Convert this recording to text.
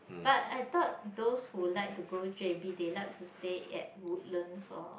but I thought those who like to go j_b they like to stay at Woodlands or